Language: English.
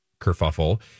kerfuffle